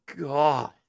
God